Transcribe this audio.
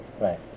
right